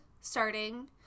starting